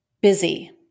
Busy